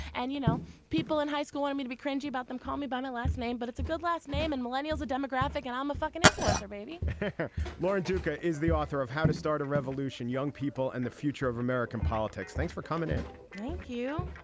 and you know people in high school want me to be cringing about them call me by my last name. but it's a good last name and millennials a demographic and i'm um a fucking influencer baby lauren duca is the author of how to start a revolution young people and the future of american politics. thanks for coming in thank you